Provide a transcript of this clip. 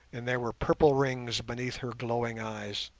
and there were purple rings beneath her glowing eyes.